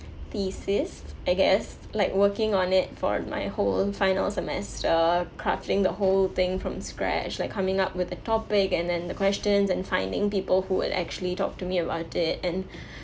thesis I guess like working on it for my whole final semester crafting the whole thing from scratch like coming up with a topic and then the questions and finding people who would actually talk to me about it and